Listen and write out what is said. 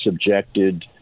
subjected